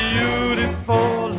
Beautiful